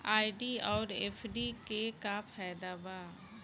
RD आउर FD के का फायदा बा?